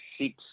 six